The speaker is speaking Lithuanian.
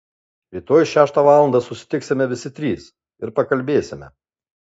rytoj šeštą valandą susitiksime visi trys ir pakalbėsime